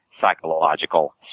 psychological